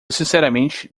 sinceramente